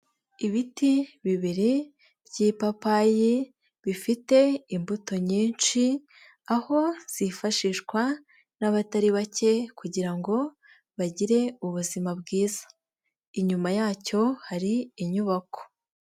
Ibiti bibiri by'ipapayi, bifite imbuto nyinshi, aho zifashishwa n'abatari bake kugira ngo bagire ubuzima bwiza, inyuma yacyo hari inyubako.